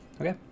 Okay